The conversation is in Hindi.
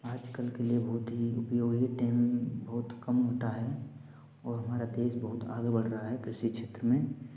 आज कल के लिए बहुत ही उपयोगी टाइम बहुत कम होता है और हमारा देश बहुत आगे बढ़ रहा है कृषि क्षेत्र में